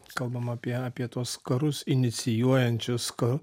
kalbam apie apie tuos karus inicijuojančius ka